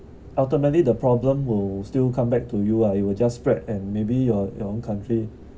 ultimately the problem will still come back to you ah it will just spread and maybe your your own country